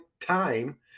time